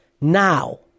Now